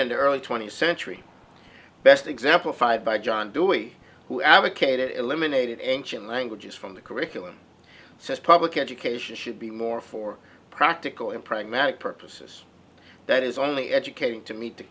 the early twentieth century best example five by john dewey who advocated eliminated ancient languages from the curriculum says public education should be more for practical and pragmatic purposes that is only educating to meet the